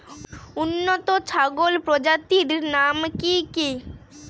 উন্নত ছাগল প্রজাতির নাম কি কি?